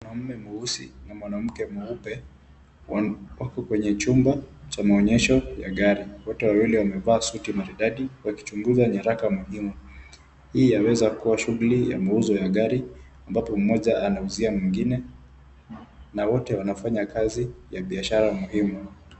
Mwanaume mweusi na mwanamke mweupe, wan wako kwenye chumba cha maonyesho ya gari. Wote wamevaa suti maridadi wakichunguza nyaraka muhimu. Hii yaweza kuwa shughuli ya mauzo ya gari, ambapo mmoja anauzia mwingine, na wote wanafanya kazi ya biashara muhimu.